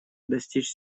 достичь